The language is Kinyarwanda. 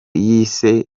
yise